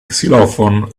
xylophone